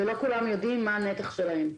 ולא כולם יודעים מה הנתח שלהם.